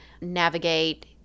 navigate